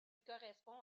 correspond